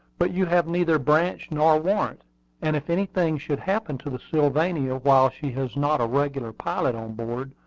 but you have neither branch nor warrant and if anything should happen to the sylvania while she has not a regular pilot on board,